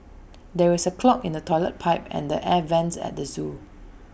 there is A clog in the Toilet Pipe and the air Vents at the Zoo